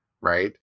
right